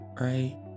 right